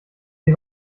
wie